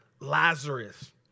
Lazarus